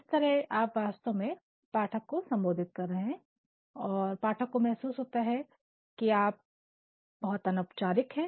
इस तरह आप वास्तव में पाठक को संबोधित कर रहे हैं और पाठक को महसूस होता है कि आप बहुत अनौपचारिक है